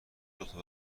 دوتا